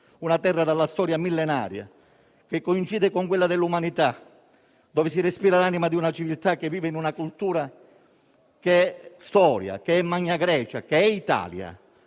una terra dalla storia millenaria, che coincide con quella dell'umanità, dove si respira l'anima di una civiltà che vive in una cultura che è storia, Magna Grecia, Italia.